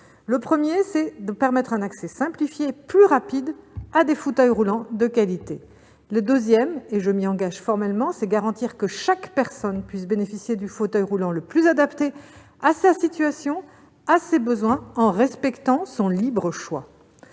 Le premier consiste à permettre un accès simplifié et plus rapide à des fauteuils roulants de qualité. Le deuxième, et je m'engage formellement sur cet objectif, consiste à garantir que chaque personne puisse bénéficier du fauteuil roulant le plus adapté à sa situation et à ses besoins, en respectant son libre choix.